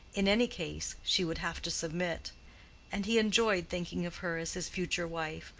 in any case, she would have to submit and he enjoyed thinking of her as his future wife,